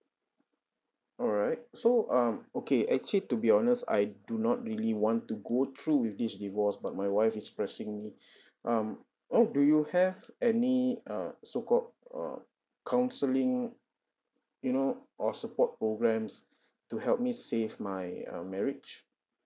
alright so um okay actually to be honest I do not really want to go through with this divorce but my wife is pressing me um oh do you have any uh so called uh counselling you know or support programmes to help me save my uh marriage